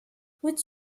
would